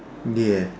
ya